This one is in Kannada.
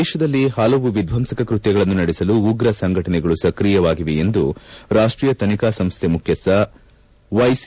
ದೇಶದಲ್ಲಿ ಹಲವು ವಿಧ್ವಂಸಕ ಕೃತ್ತಗಳನ್ನು ನಡೆಸಲು ಉಗ್ರ ಸಂಘಟನೆಗಳು ಸ್ಕ್ರಿಯವಾಗಿವೆ ಎಂದು ರಾಷ್ಟೀಯ ತನಿಖಾ ಸಂಸ್ಥೆ ಮುಖ್ಯಸ್ಥ ವ್ಯೆಸಿ